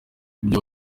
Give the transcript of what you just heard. ibyo